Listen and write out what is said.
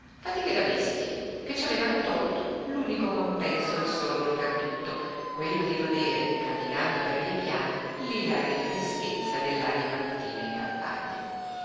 fatiche da bestie che ci avevano tolto l'unico compenso al sonno perduto quello di godere camminando per vie piane l'ilare freschezza dell'aria mattutina in campagna